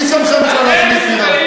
מי שמכם בכלל להחליט מי רב?